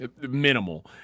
Minimal